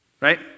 right